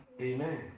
Amen